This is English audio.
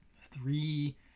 three